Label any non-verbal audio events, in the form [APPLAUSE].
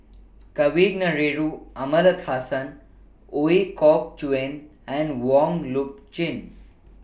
[NOISE] Kavignareru Amallathasan Ooi Kok Chuen and Wong Loop Chin